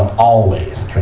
um always